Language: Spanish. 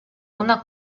una